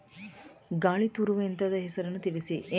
ಗಾಳಿ ತೂರುವ ಯಂತ್ರದ ಹೆಸರನ್ನು ತಿಳಿಸಿ?